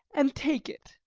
and take it.